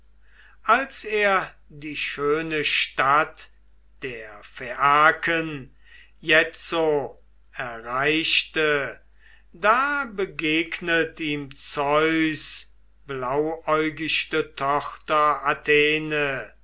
als er die schöne stadt der phaiaken jetzo erreichte da begegnet ihm zeus blauäugichte